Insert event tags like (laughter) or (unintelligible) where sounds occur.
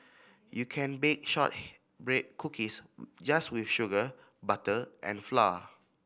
you can bake (unintelligible) cookies just with sugar butter and flour